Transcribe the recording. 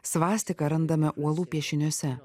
svastiką randame uolų piešiniuose